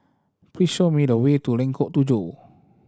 please show me the way to Lengkok Tujoh